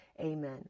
amen